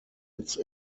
its